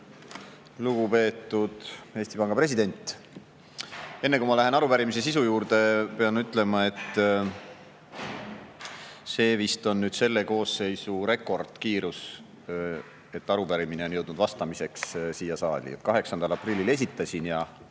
Lugupeetud Eesti Panga president! Enne, kui ma lähen arupärimise sisu juurde, pean ütlema, et see vist on selle koosseisu rekordkiirus, millega arupärimine on siia saali vastamiseks jõudnud: 8. aprillil esitasin, ja